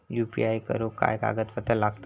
UPI करुक काय कागदपत्रा लागतत?